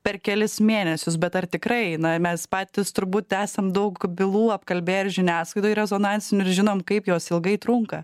per kelis mėnesius bet ar tikrai na mes patys turbūt esam daug bylų apkalbėję ir žiniasklaidoj rezonansinių ir žinom kaip jos ilgai trunka